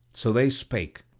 so they spake,